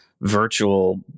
virtual